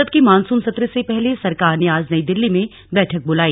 संसद के मॉनसून सत्र से पहले सरकार ने आज नई दिल्ली में बैठक बुलाई